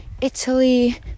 Italy